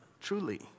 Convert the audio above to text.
Truly